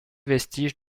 vestiges